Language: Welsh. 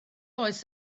oes